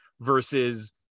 versus